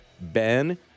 Ben